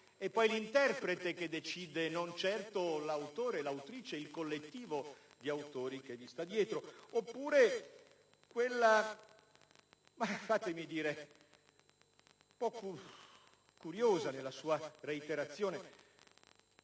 è poi l'interprete che decide, non certo l'autore, l'autrice, il collettivo di autori che sta dietro; come per quella definizione - curiosa nella sua reiterazione